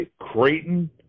Creighton